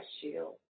shield